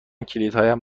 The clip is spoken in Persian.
کلیدهایم